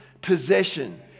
possession